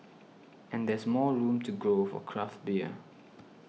and there's more room to grow for craft beer